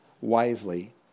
wisely